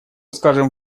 скажем